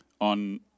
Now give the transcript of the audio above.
on